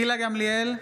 גמליאל,